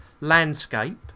landscape